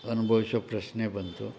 ಅನುಭವಿಸೋ ಪ್ರಶ್ನೆ ಬಂತು